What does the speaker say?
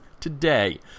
today